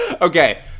Okay